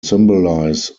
symbolize